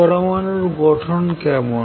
পরমাণুর গঠন কেমন